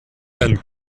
and